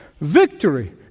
Victory